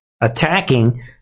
attacking